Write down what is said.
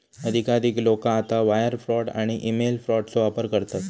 अधिकाधिक लोका आता वायर फ्रॉड आणि ईमेल फ्रॉडचो वापर करतत